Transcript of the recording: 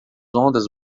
ondas